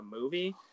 movie